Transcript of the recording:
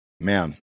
Man